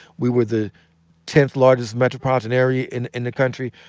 we were the tenth largest metropolitan area in in the country.